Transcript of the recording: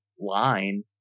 Line